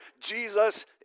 Jesus